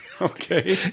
Okay